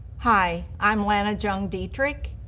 hi, i'm lana jung dietrich.